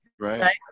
Right